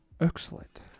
Excellent